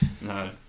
No